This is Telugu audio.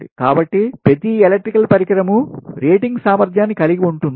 కాబట్టి ప్రతి ఎలక్ట్రికల్ పరికరం రేటింగ్ సామర్థ్యాన్ని కలిగి ఉంటుంది